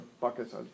buckets